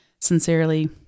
Sincerely